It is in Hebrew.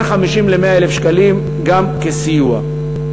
בין 50,000 ל-100,000 שקלים גם כסיוע.